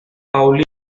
paulina